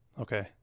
Okay